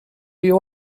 you